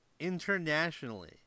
internationally